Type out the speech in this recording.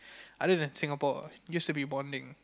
other than Singapore used to be bonding